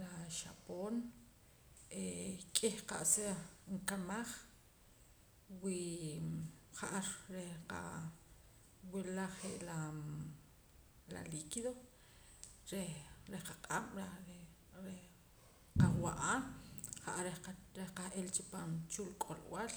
la xaboon ee k'ih qa'sa nkamaj wii ja'ar reh qa wula je' laa la liquído reh qaq'ab' reh reh qawa'a ja'ar reh qah ilacha pan chulk'olb'al